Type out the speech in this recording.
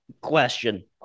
Question